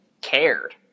cared